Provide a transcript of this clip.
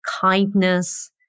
kindness